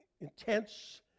intense